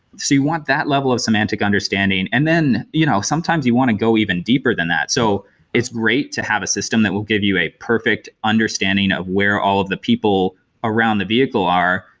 so you want that level of semantic understanding. and then you know sometimes you want to go even deeper than that. so it's great to have a system that will give you a perfect understanding of where all of the people around the vehicle are.